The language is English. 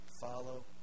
follow